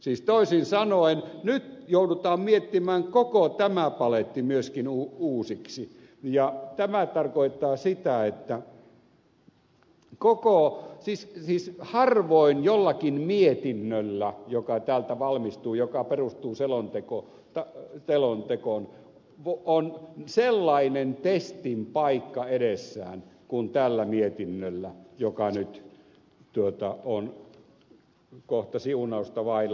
siis toisin sanoen nyt joudutaan miettimään koko tämä paletti myöskin uusiksi ja tämä tarkoittaa sitä että harvoin jollakin mietinnöllä joka täältä valmistuu joka perustuu selontekoon on sellainen testin paikka edessään kuin tällä mietinnöllä joka nyt on kohta siunausta vailla